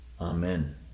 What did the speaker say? Amen